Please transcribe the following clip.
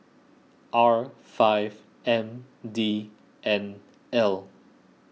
R five M D N L